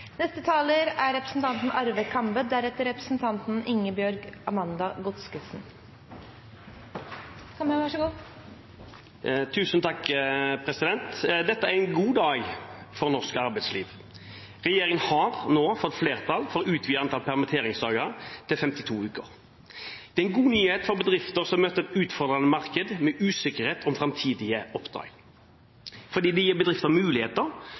Dette er en god dag for norsk arbeidsliv. Regjeringen har nå fått flertall for utvidet antall permitteringsdager til 52 uker. Det er en god nyhet for bedriftene som møter et utfordrende marked med usikkerhet om framtidige oppdrag. Gjennom permittering der ansatte midlertidig er løst fra arbeidsplikten sin hos arbeidsgiver, og arbeidsgiver løses tilsvarende fra lønnsplikten, får bedrifter muligheter